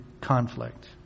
conflict